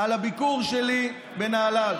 את הביקור שלי בנהלל.